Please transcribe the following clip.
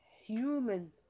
human